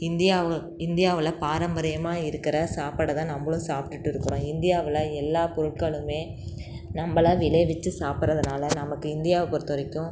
இந்தியாவு இந்தியாவில் பாரம்பரியமாக இருக்கிற சாப்பாடைதான் நம்பளும் சாப்டிட்டு இருக்கிறோம் இந்தியாவில் எல்லா பொருட்களுமே நம்பளாவே விளைவிச்சு சாப்பிடறதுனால் நமக்கு இந்தியாவை பொருத்த வரைக்கும்